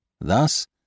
Thus